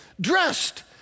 Dressed